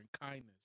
kindness